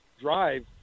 drive